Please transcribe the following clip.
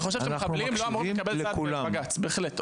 חושב שמחבלים לא אמורים לקבל סעד בבג"ץ, בהחלט.